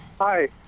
Hi